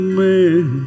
man